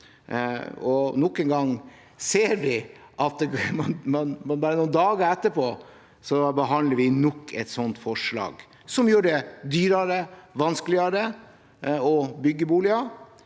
en gang ser vi, bare noen dager etterpå, at vi behandler nok et forslag som gjør det dyrere og vanskeligere å bygge boliger,